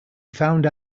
found